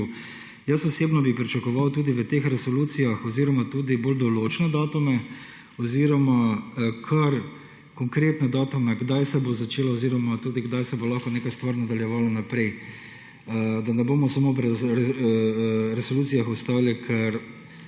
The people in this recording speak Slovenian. Jaz osebno bi pričakoval tudi v teh resolucijah oziroma tudi bolj določno datume oziroma kar konkretno datume, kdaj se bo začelo oziroma tudi kdaj se bo lahko neka stvar nadaljevala naprej, da ne bomo samo pri resolucijah ostali, ker,